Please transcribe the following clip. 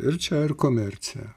ir čia ir komercija